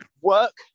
work